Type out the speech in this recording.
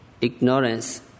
ignorance